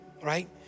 right